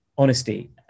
honesty